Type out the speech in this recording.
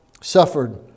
suffered